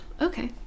Okay